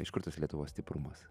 iš kur tas lietuvos stiprumas